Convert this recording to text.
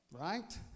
Right